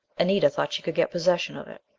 anita thought she could get possession of it.